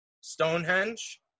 Stonehenge